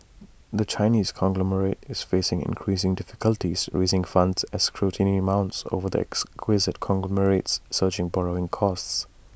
the Chinese conglomerate is facing increasing difficulties raising funds as scrutiny mounts over the acquisitive conglomerate's surging borrowing costs